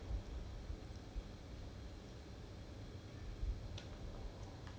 we can consider buying a house already but 现在 neither here nor there